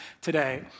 today